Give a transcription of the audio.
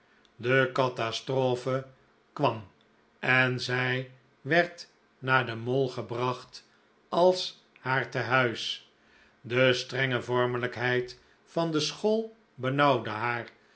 de catastrophe kwam en zij werd naar de mall gebracht als haar tehuis de strenge vormelijkheid van de school benauwde haar